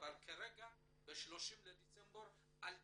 כרגע ב-30 לדצמבר אל תסגרו.